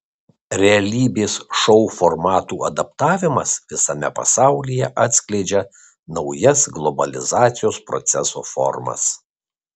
realybės šou formatų adaptavimas visame pasaulyje atskleidžia naujas globalizacijos proceso formas